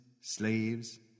slaves